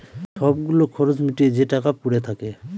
সব গুলো খরচ মিটিয়ে যে টাকা পরে থাকে